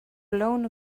blown